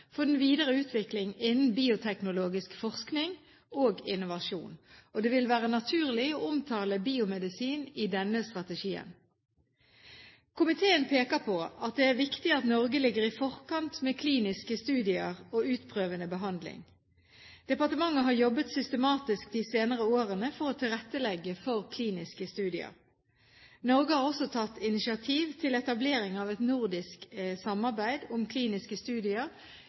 for den videre utvikling innen bioteknologisk forskning og innovasjon. Det vil være naturlig å omtale biomedisin i denne strategien. Komiteen peker på at det er viktig at Norge ligger i forkant med kliniske studier og utprøvende behandling. Departementet har jobbet systematisk de senere årene for å tilrettelegge for kliniske studier. Norge har også tatt initiativ til etablering av et nordisk samarbeid om kliniske studier